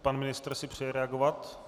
Pan ministr si přeje reagovat.